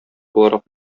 буларак